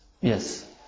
Yes